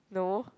no